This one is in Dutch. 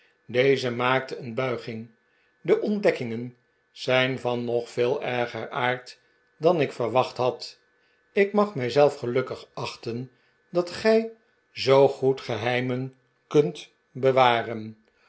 deze maakte een buiging de ontdekkingen zijn van nog veel erger aard dan ik verwacht had ik mag mij zelf gelukkig achten dat gij zoo goed geheimen kunt